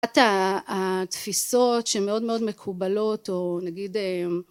את התפיסות שמאוד מאוד מקובלות, או נגיד